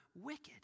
wicked